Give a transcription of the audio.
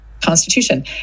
Constitution